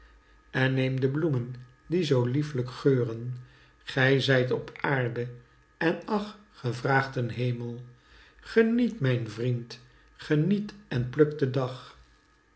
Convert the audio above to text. en neem de bloemen die zoo lieflijk geuren gij zijt op aarde en ach ge vraagt een hemel geniet mijn vriend geniet en pluk den dag